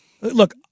Look